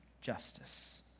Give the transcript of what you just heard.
justice